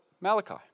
Malachi